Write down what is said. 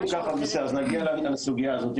אם ככה, בסדר, נגיע לסוגיה הזאת.